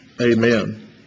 Amen